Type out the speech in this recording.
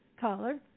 caller